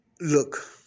look